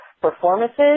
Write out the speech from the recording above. performances